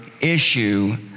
issue